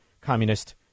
communist